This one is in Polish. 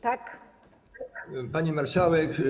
Tak. Pani Marszałek!